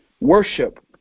Worship